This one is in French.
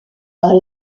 par